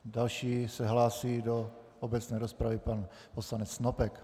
Další se hlásí do obecné rozpravy pan poslanec Snopek.